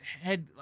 head